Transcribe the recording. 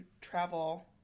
travel